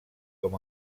com